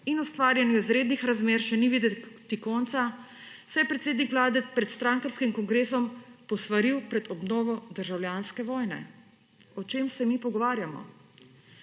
in ustvarjanju izrednih razmer še ni videti konca se predsednik vlade pred strankarskim kongresom posvaril pred obnovo državljanske vojne. O čem se mi pogovarjamo?